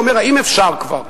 והוא אומר: האם אפשר כבר?